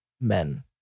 men